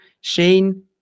Shane